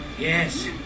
Yes